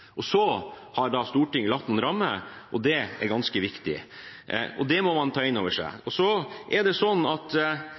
Så har Stortinget lagt noen rammer, det er ganske viktig, og det må man ta inn over seg.